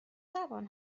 زبان